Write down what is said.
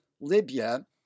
Libya